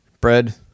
bread